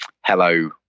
Hello